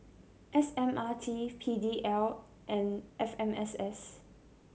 S M R T P D L and F M S S